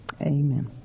Amen